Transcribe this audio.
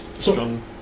strong